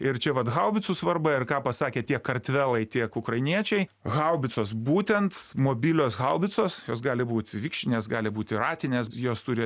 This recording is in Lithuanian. ir čia vat haubicų svarba ir ką pasakė tiek kartvelai tiek ukrainiečiai haubicos būtent mobilios haubicos jos gali būt vikšrinės gali būti ratinės jos turi